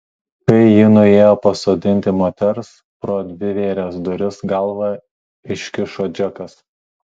kai ji nuėjo pasodinti moters pro dvivėres duris galvą iškišo džekas